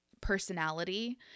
personality